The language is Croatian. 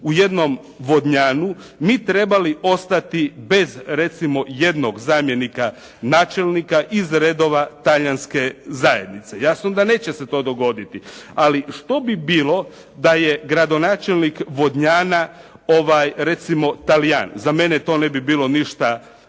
u jednom Vodnjanu mi trebali ostati bez recimo jednog zamjenika načelnika iz redova Talijanske zajednice. Jasno da neće se to dogoditi. Ali što bi bilo da je gradonačelnik Vodnjana recimo Talija? Za mene to ne bi bilo ništa